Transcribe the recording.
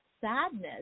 sadness